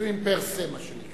פיצויים per se, מה שנקרא.